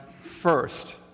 first